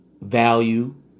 value